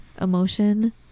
Emotion